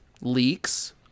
leaks